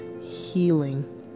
healing